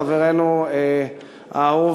חברנו האהוב,